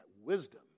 wisdom